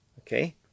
Okay